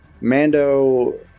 Mando